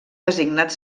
designat